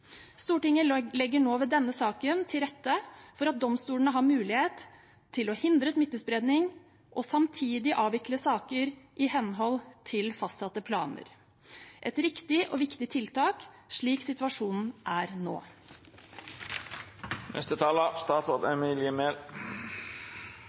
legger nå med denne saken til rette for at domstolene har mulighet til å hindre smittespredning og samtidig avvikle saker i henhold til fastsatte planer. Det er et riktig og viktig tiltak slik situasjonen er